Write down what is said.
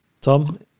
Tom